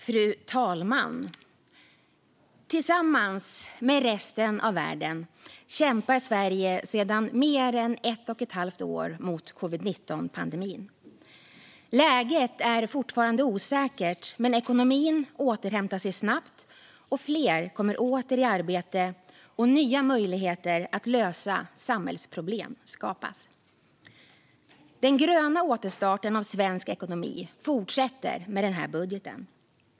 Fru talman! Tillsammans med resten av världen kämpar Sverige sedan mer än ett och ett halvt år mot covid-19-pandemin. Läget är fortfarande osäkert, men ekonomin återhämtar sig snabbt, fler kommer åter i arbete och nya möjligheter att lösa samhällsproblem skapas. Den gröna återstarten av svensk ekonomi fortsätter med den här budgeten.